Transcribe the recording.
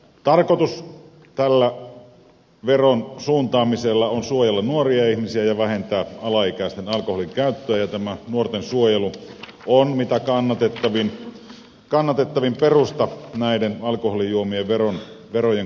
tarkoitus tällä veron suuntaamisella on suojella nuoria ihmisiä ja vähentää alaikäisten alkoholinkäyttöä ja tämä nuorten suojelu on mitä kannatettavin peruste näiden alkoholijuomien verojen korottamiselle